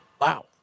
Wow